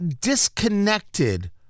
disconnected